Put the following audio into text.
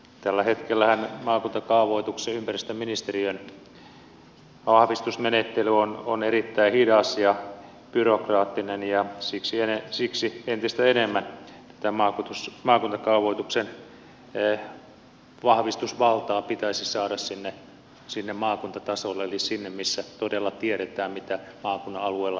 tällä hetkellähän maakuntakaavoituksen ympäristöministeriön vahvistusmenettely on erittäin hidas ja byrokraattinen ja siksi entistä enemmän tämän maakuntakaavoituksen vahvistusvaltaa pitäisi saada sinne maakuntatasolle eli sinne missä todella tiedetään mitä maakunnan alueella halutaan ja tarvitaan